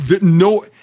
no